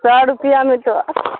سو روپیہ میں تو